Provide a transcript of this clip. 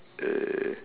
uh